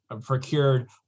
procured